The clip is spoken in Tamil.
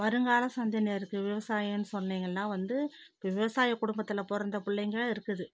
வருங்கால சந்ததினருக்கு விவசாயம்னு சொன்னீங்கள்னா வந்து விவசாய குடும்பத்தில் பிறந்த பிள்ளைங்க இருக்குது